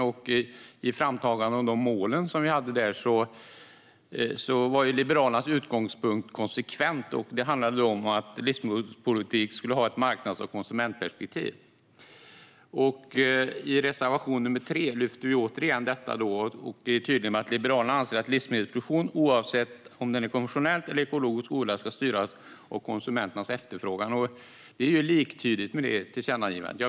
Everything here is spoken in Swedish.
I framtagandet av målen där var Liberalernas utgångspunkt konsekvent. Det handlade om att livsmedelspolitik skulle ha ett marknads och konsumentperspektiv. I reservation 3 lyfter vi återigen fram detta och är tydliga med att Liberalerna anser att livsmedelsproduktion, oavsett om den är konventionell eller ekologisk, ska styras av konsumenternas efterfrågan. Det är ju liktydigt med det tidigare tillkännagivandet.